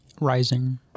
Rising